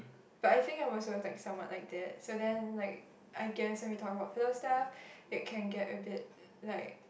but I think I will solute that someone like that so then like I guess we talk about close stuff that can get a bit like